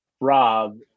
Rob